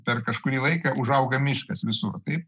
per kažkurį laiką užauga miškas visur taip